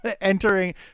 entering